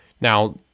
Now